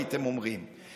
הייתם אומרים.